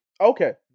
Okay